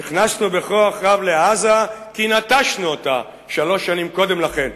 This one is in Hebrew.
נכנסנו בכוח רב לעזה כי נטשנו אותה שלוש שנים קודם לכן.